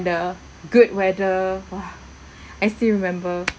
the good weather !wah! I still remember